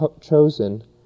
chosen